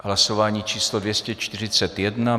Hlasování číslo 241.